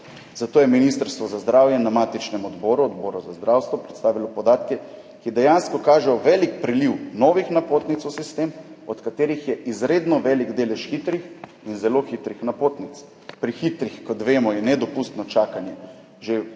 Zato je Ministrstvo za zdravje na matičnem odboru, Odboru za zdravstvo, predstavilo podatke, ki dejansko kažejo velik priliv novih napotnic v sistem, od katerih je izredno velik delež hitrih in zelo hitrih napotnic. Pri hitrih, kot vemo, je nedopustno čakanje